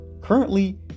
Currently